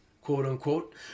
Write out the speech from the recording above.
quote-unquote